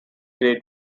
grade